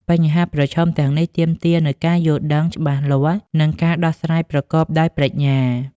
បញ្ហាប្រឈមទាំងនេះទាមទារនូវការយល់ដឹងច្បាស់លាស់ និងការដោះស្រាយប្រកបដោយប្រាជ្ញា។